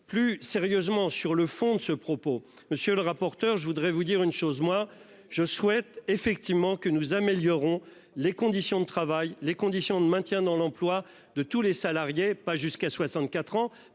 Plus sérieusement sur le fond de ce propos. Monsieur le rapporteur. Je voudrais vous dire une chose, moi je souhaite effectivement que nous améliorons les conditions de travail, les conditions de maintien dans l'emploi de tous les salariés pas jusqu'à 64 ans